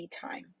time